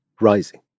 rising